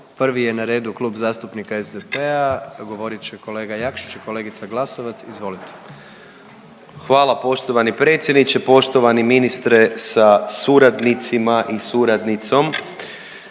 Prvi je na redu Klub zastupnika SDP-a, govorit će kolega Jakšić i kolegica Glasovac, izvolite. **Jakšić, Mišel (SDP)** Hvala poštovani predsjedniče. Poštovani ministre sa suradnicima i suradnicom,